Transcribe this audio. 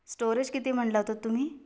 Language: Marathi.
स्टोरेज किती म्हणाला होतात तुम्ही